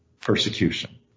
persecution